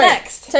Next